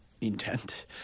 Intent